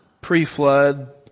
Pre-flood